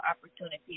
opportunities